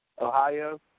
Ohio